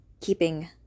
keeping